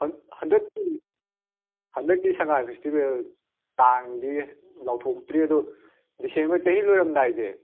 ꯍꯟꯗꯛꯀꯤ ꯍꯟꯗꯛꯀꯤ ꯁꯉꯥꯏ ꯐꯦꯁꯇꯤꯚꯦꯜ ꯇꯥꯡꯗꯤ ꯂꯥꯎꯊꯣꯛꯇ꯭ꯔꯤ ꯑꯗꯣ ꯗꯤꯁꯦꯝꯕꯔ ꯆꯍꯤ ꯂꯣꯏꯔꯝꯗꯥꯏꯁꯦ